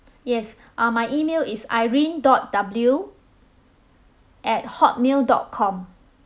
yes uh my email is irene dot W at hotmail dot com